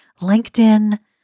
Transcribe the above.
LinkedIn